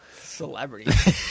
Celebrity